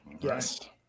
Yes